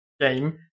game